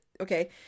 okay